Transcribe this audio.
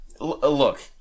Look